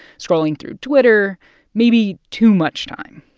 scrolling through twitter maybe too much time,